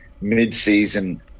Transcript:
mid-season